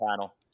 panel